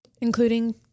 Including